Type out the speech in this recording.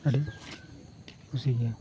ᱟᱹᱰᱤ ᱠᱩᱥᱤ ᱜᱮᱭᱟ